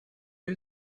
you